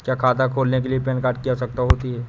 क्या खाता खोलने के लिए पैन कार्ड की आवश्यकता होती है?